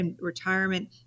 retirement